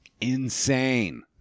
Insane